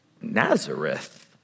Nazareth